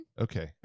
Okay